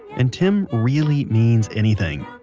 and tim really means anything.